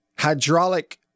hydraulic